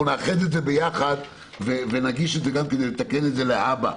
אנחנו נאחד ונגיש את זה כדי לתקן את זה להבא.